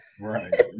Right